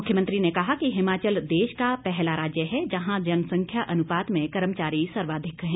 मुख्यमंत्री ने कहा कि हिमाचल देश का पहला राज्य है जहां जनसंख्या अनुपात में कर्मचारी सर्वाधिक हैं